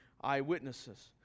eyewitnesses